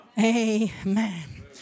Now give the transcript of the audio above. Amen